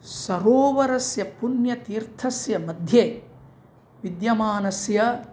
सरोवरस्य पुण्यतीर्थस्यमध्ये विद्यमानस्य